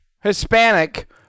Hispanic